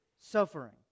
suffering